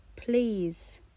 Please